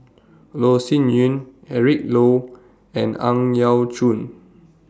Loh Sin Yun Eric Low and Ang Yau Choon